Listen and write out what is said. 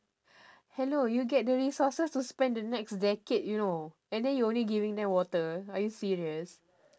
hello you get the resources to spend the next decade you know and then you only giving them water are you serious